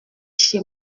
chez